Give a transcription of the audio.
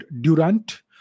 Durant